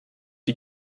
die